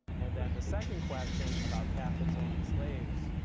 and and the second question about catholics owning slaves,